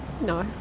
no